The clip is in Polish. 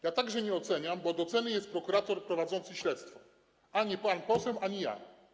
Ja także nie oceniam, bo od tego jest prokurator prowadzący śledztwo, a nie pan poseł czy ja.